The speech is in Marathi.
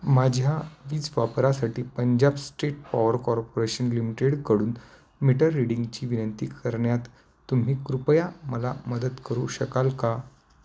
माझ्या वीज वापरासाठी पंजाब स्टेट पॉवर कॉर्पोरेशन लिमिटेडकडून मीटर रीडिंगची विनंती करण्यात तुम्ही कृपया मला मदत करू शकाल का